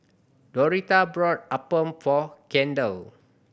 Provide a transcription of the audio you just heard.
Doretha bought appam for Kendell